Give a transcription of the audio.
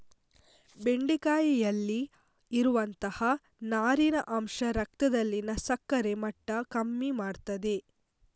ಬೆಂಡೆಕಾಯಿಯಲ್ಲಿ ಇರುವಂತಹ ನಾರಿನ ಅಂಶ ರಕ್ತದಲ್ಲಿನ ಸಕ್ಕರೆ ಮಟ್ಟ ಕಮ್ಮಿ ಮಾಡ್ತದೆ